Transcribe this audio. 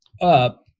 up